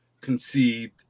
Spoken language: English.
conceived